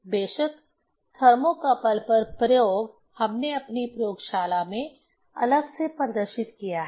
बेशक थर्मोकपल पर प्रयोग हमने अपनी प्रयोगशाला में अलग से प्रदर्शित किया है